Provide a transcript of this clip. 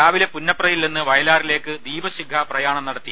രാവിലെ പുന്നപ്രയിൽ നിന്ന് വയലാറിലേക്ക് ദീപശിഖാ പ്രയാണം നടത്തി